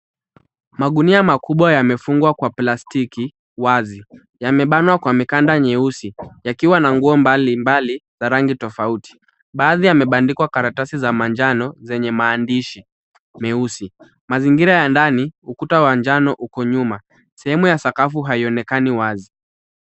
Magunia makubwa yamefungwa kwa plastiki wazi. Yamebanwa kwa mikanda nyeusi yakiwa na nguo mbalimbali za rangi tofauti baadhi yamebandikwa karatasi za manjano zenye maandishi meusi. Mazingira ya ndani, ukuta wa njano uko nyuma. Sehemu ya sakafu haionekani wazi.